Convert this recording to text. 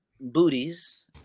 booties